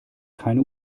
keine